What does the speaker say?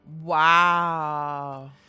wow